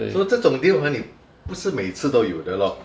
so 这种 deal hor 你不是每次都有的 lor